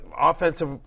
offensive